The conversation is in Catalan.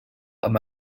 amb